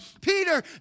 Peter